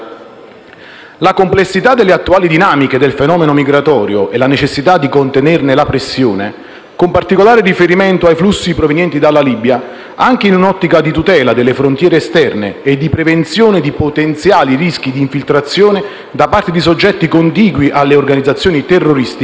La complessità delle attuali dinamiche del fenomeno migratorio e la necessità di contenerne la pressione, con particolare riferimento ai flussi provenienti dalla Libia, anche in un'ottica di tutela delle frontiere esterne e di prevenzione di potenziali rischi di infiltrazioni da parte di soggetti contigui alle organizzazioni terroristiche,